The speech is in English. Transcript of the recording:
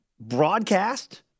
broadcast